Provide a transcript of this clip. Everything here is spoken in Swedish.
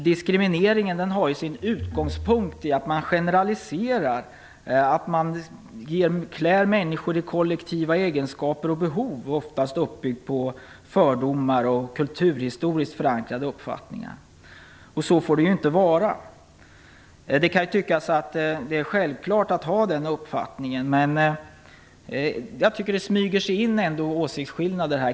Diskrimineringen har ju sin utgångspunkt i att man generaliserar och klär människor i kollektiva egenskaper och behov som oftast är uppbyggda av fördomar och kulturhistoriskt förankrade uppfattningar. Så får det ju inte vara, vilket kan tyckas vara självklart. Men jag tycker ändå att det smyger sig in åsiktsskillnader.